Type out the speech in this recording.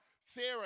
Sarah